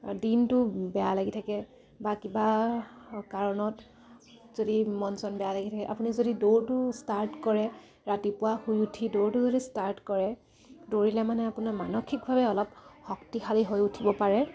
দিনটো বেয়া লাগি থাকে বা কিবা কাৰণত যদি মন চন বেয়া লাগি থাকে আপুনি যদি দৌৰটো ষ্টাৰ্ট কৰে ৰাতিপুৱা শুই উঠি দৌৰটো যদি ষ্টাৰ্ট কৰে দৌৰিলে মানে আপোনাৰ মানসিকভাৱে অলপ শক্তিশালী হৈ উঠিব পাৰে